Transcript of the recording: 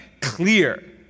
clear